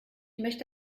möchte